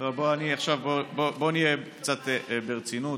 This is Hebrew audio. בוא נהיה קצת ברצינות.